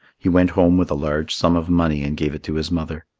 he went home with a large sum of money and gave it to his mother.